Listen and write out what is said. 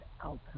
outcome